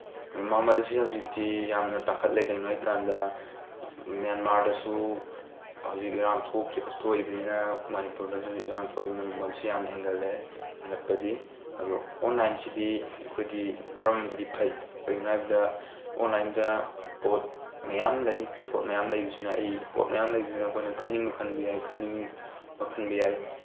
ꯃꯃꯜꯁꯦ ꯍꯧꯖꯤꯛꯇꯤ ꯌꯥꯝꯅ ꯇꯥꯡꯈꯠꯂꯦ ꯀꯔꯤꯒꯤꯅꯣ ꯍꯥꯏꯕꯀꯥꯟꯗ ꯃꯦꯟꯃꯥꯔꯗꯁꯨ ꯍꯧꯖꯤꯛ ꯏꯔꯥꯡ ꯊꯣꯛꯏꯕꯅꯤꯅ ꯃꯅꯤꯄꯨꯔꯗꯁꯨ ꯍꯧꯖꯤꯛ ꯏꯔꯥꯡ ꯊꯣꯛꯏꯕꯅꯤꯅ ꯃꯃꯜꯁꯤ ꯌꯥꯝ ꯍꯦꯟꯒꯠꯂꯦ ꯍꯦꯟꯒꯠꯄꯗꯤ ꯑꯗꯣ ꯑꯣꯟꯂꯥꯏꯟꯁꯤꯗꯤ ꯑꯩꯈꯣꯏꯗꯤ ꯑꯃꯔꯣꯝꯗꯗꯤ ꯐꯩ ꯀꯩꯒꯤꯅꯣ ꯍꯥꯏꯕꯗ ꯑꯣꯟꯂꯥꯏꯟꯗ ꯄꯣꯠ ꯃꯌꯥꯝ ꯂꯩ ꯄꯣꯠ ꯃꯌꯥꯝ ꯂꯩꯕꯁꯤꯅ ꯑꯩ ꯄꯣꯠ ꯃꯌꯥꯝ ꯂꯩꯕꯁꯤꯅ ꯑꯩꯈꯣꯏꯅ ꯈꯟꯅꯤꯡꯕ ꯈꯟꯕ ꯌꯥꯏ ꯈꯟꯅꯤꯡꯕ ꯈꯟꯕ ꯌꯥꯏ